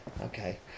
okay